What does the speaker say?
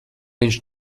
viņš